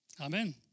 Amen